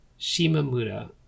Shimamura